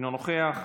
אינו נוכח,